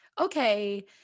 okay